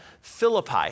Philippi